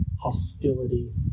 hostility